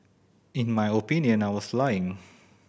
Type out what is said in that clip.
in my opinion I was lying